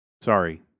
Sorry